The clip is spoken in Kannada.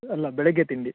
ಅಲ್ಲ ಬೆಳಗ್ಗೆ ತಿಂಡಿ